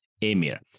Emir